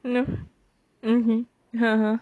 mm mmhmm haha